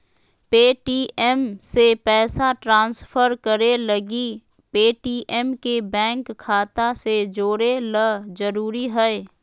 Paytm से पैसा transfer करे लगी पेटीएम के बैंक खाता से जोड़े ल जरूरी हय